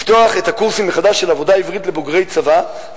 לפתוח מחדש את הקורסים של עבודה עברית לבוגרי צבא,